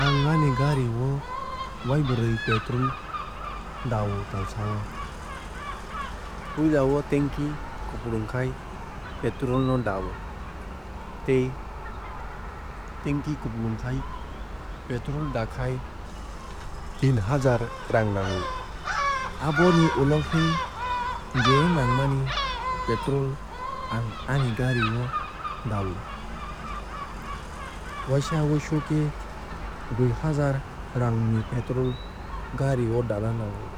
Ang ani gari o waibrui petwol da o talsao. Puila o tanki kuplungkhai petrol no da o tei tanki kuplungkhai petrol dakhai teen haazaar rang nango. Aboni ulo khe je nangmani petrol ang ani gari o da o. Waisa wuisu khe dui haazaar raang ni petrol gari o dana nango.